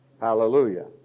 Hallelujah